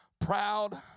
proud